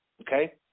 Okay